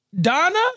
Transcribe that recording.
donna